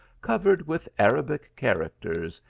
covered with arabic characters,